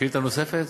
שאילתה נוספת?